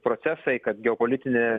procesai kad geopolitinė